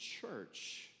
church